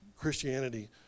Christianity